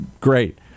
Great